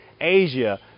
Asia